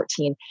2014